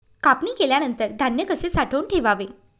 कापणी केल्यानंतर धान्य कसे साठवून ठेवावे?